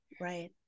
right